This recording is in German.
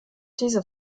diese